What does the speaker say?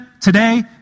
today